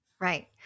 Right